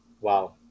Wow